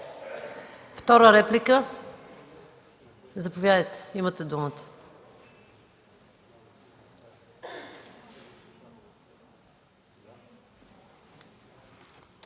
Втора реплика? Заповядайте, имате думата.